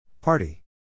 Party